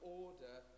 order